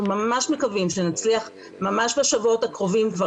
אנחנו ממש מקווים שנצליח ממש בשבועות הקרובים כבר